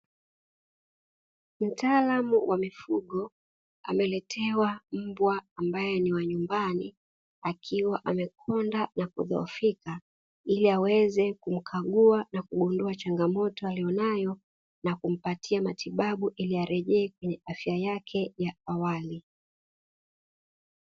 Mtaalamu wa mifugo ameletewa mbwa ambaye ni wa nyumbani, akiwa amekonda na kudhohofika ili aweze kumkagua na kugundua changamoto aliyonayo na kumpatia matibabu, ili arejee kwenye afya yake ya awali.